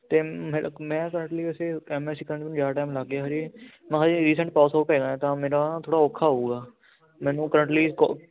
ਅਤੇ ਮੈਂ ਮੈਂ ਕਰੰਟਲੀ ਵੈਸੇ ਐਮਐਸਈ ਕਰਨ ਤੋਂ ਬਾਅਦ ਜ਼ਿਆਦਾ ਟਾਈਮ ਲਾਗੇ ਜੀ ਮੈਂ ਹਜੇ ਰੀਸੈਂਟ ਪਾਸ ਆਊਟ ਹੋਇਆ ਹਾਂ ਤਾਂ ਮੇਰਾ ਥੋੜ੍ਹਾ ਔਖਾ ਹੋਵੇਗਾ ਮੈਨੂੰ ਕਰੰਟਲੀ ਕੋ